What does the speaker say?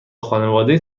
خانواده